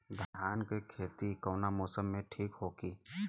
धान के खेती कौना मौसम में ठीक होकी?